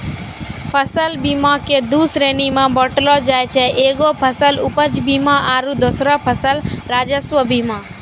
फसल बीमा के दु श्रेणी मे बाँटलो जाय छै एगो फसल उपज बीमा आरु दोसरो फसल राजस्व बीमा